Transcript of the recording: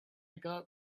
got